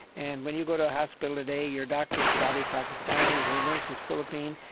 and when you go to a hospital today, your doctor's probably pakistani and your nurse is filipino,